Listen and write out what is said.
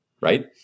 right